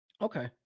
Okay